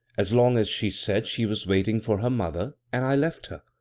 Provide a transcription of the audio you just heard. as long as she said she was waiting for her mother, and i left her.